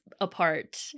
apart